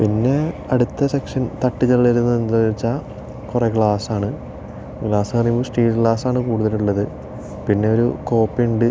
പിന്നെ അടുത്ത സെക്ഷൻ തട്ടികളിൽ വച്ചാൽ കുറേ ഗ്ലാസ്സാണ് ഗ്ലാസ് എന്ന് പറയുമ്പോൾ സ്റ്റീൽ ഗ്ലാസ്സാണ് കൂടുതൽ ഉള്ളത് പിന്നെ ഒരു കോപ്പയുണ്ട്